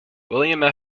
william